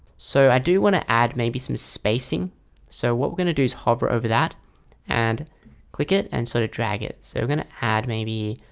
so i do want to add maybe some spacing so what we going to do is hover over that and click it and sort of drag it. so we're going to add maybe